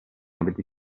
abiti